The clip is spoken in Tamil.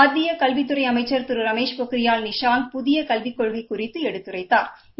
மத்திய கல்வித்துறை அமைச்சர் திரு ரமேஷ் பொகியால் நிஷாங் பிதிய கல்விக் கொள்கை குறித்து எடுத்துரைத்தாா்